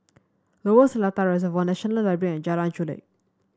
Lower Seletar Reservoir National Library and Jalan Chulek